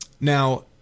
Now